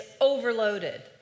overloaded